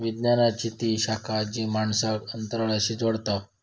विज्ञानाची ती शाखा जी माणसांक अंतराळाशी जोडता